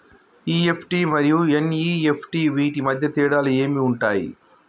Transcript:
EFT మరియు NEFT వీటి మధ్య తేడాలు ఏమి ఉంటాయి?